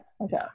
Okay